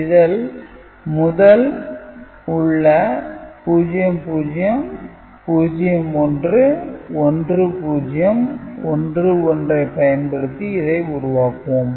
இதல் உள்ள 00 01 10 11 ஐ பயன்படுத்தி இதை உருவாக்குவோம்